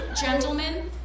gentlemen